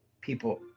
people